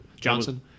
Johnson